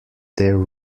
there